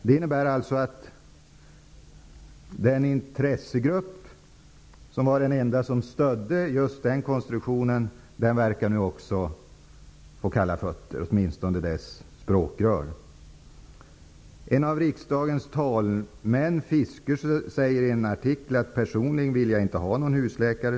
Det innebär således att den enda intressegrupp som stödde konstruktionen verkar ha fått kalla fötter -- åtminstone dess språkrör. En av riksdagens talmän, Bertil Fiskesjö, säger i en artikel: ''Personligen vill jag inte ha någon husläkare.''